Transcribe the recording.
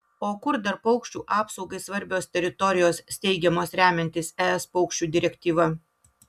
o kur dar paukščių apsaugai svarbios teritorijos steigiamos remiantis es paukščių direktyva